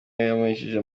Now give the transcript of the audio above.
yamuhesheje